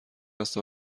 است